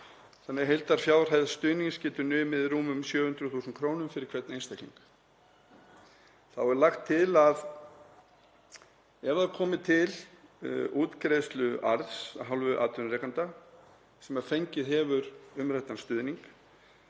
þannig að heildarfjárhæð stuðnings getur numið rúmum 700.000 kr. fyrir hvern einstakling. Þá er lagt til að ef komi til útgreiðslu arðs af hálfu atvinnurekanda sem fengið hefur umræddan stuðning